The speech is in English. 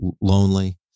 lonely